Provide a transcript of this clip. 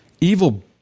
evil